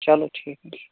چلو ٹھیٖکھ